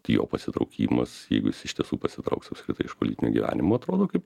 jo pasitraukimas jeigu jis iš tiesų pasitrauks apskritai iš politinio gyvenimo atrodo kaip